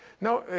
now,